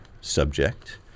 subject